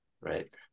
Right